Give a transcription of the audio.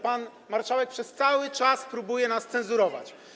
Pan marszałek przez cały czas próbuje nas cenzurować.